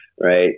right